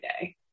day